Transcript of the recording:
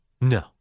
No